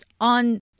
On